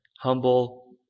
humble